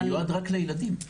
זה מיועד רק לילדים.